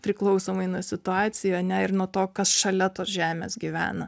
priklausomai nuo situacijų ir nuo to kas šalia tos žemės gyvena